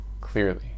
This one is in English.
clearly